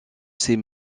ces